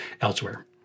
elsewhere